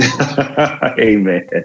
Amen